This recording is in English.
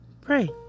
pray